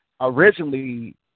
originally